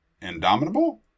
indomitable